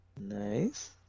Nice